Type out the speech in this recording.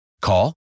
Call